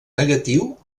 negatiu